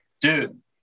dude